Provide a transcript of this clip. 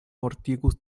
mortigis